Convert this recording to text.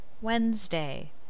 Wednesday